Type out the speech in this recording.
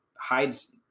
hides